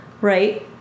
Right